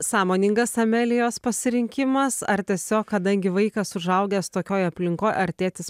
sąmoningas amelijos pasirinkimas ar tiesiog kadangi vaikas užaugęs tokioj aplinkoj ar tėtis